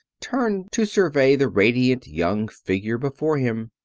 turned to survey the radiant young figure before him.